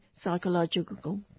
psychological